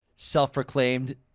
Self-proclaimed